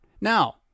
now